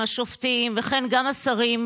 השופטים וכן השרים,